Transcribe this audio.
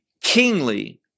kingly